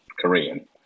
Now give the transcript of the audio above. Korean